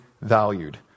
valued